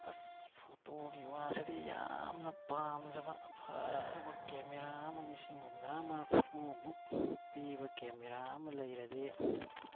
ꯑꯁ ꯐꯣꯇꯣꯒꯤ ꯋꯥꯁꯤꯗ ꯌꯥꯝꯅ ꯄꯥꯝꯖꯕ ꯑꯐꯕ ꯀꯥꯃꯦꯔꯥ ꯑꯃ ꯂꯤꯁꯤꯡ ꯍꯨꯝꯐꯨꯇꯔꯥ ꯃꯔꯐꯨꯃꯨꯛ ꯄꯤꯕ ꯀꯦꯃꯦꯔꯥ ꯑꯃ ꯂꯩꯔꯗꯤ